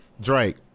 Drake